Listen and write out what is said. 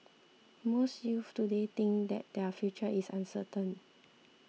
most youths today think that their future is uncertain